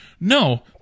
No